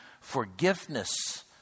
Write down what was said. forgiveness